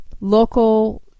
local